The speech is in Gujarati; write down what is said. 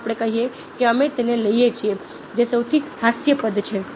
ચાલો આપણે કહીએ કે અમે તેને લઈએ છીએ જે સૌથી હાસ્યાસ્પદ છે